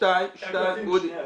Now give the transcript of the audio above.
שתיים --- שניה,